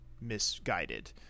misguided